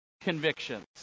convictions